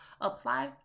Apply